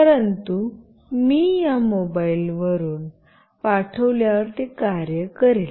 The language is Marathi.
परंतु मी या मोबाइल फोनवरून पाठविल्यावर ते कार्य करेल